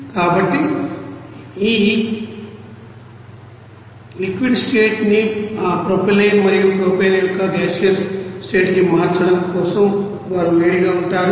కాబట్టి ఈఈలిక్విడ్ స్టేట్ ని ఆ ప్రొపైలిన్ మరియు ప్రొపేన్ యొక్క గాసీయోస్ స్టేట్ కి మార్చడం కోసం వారు వేడిగా ఉంటారు